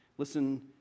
Listen